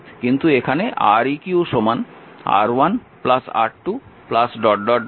কিন্তু এখানে Req R1 R2 RN পর্যন্ত লিখব